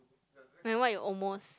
and what you almost